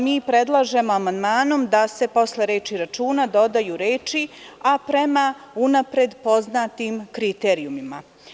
Mi predlažemo amandmanom da se posle reči „računa“ dodaju reči „ a prema unapred poznatim kriterijumima“